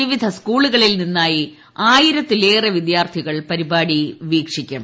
വിവിധ സ്കൂളുകളിൽ നിന്നായി ആയിരത്തിലേറെ വിദ്യാർത്ഥികൾ പരിപാടി വീക്ഷിക്കും